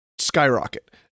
skyrocket